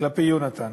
כלפי יונתן